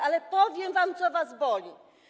Ale powiem wam, co was boli.